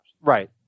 Right